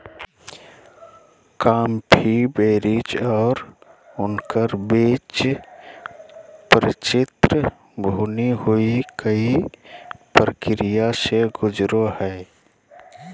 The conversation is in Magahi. कॉफी बेरीज और उनकर बीज परिचित भुनी हुई कई प्रक्रिया से गुजरो हइ